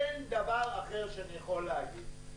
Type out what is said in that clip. אין דבר אחר שאני יכול להגיד.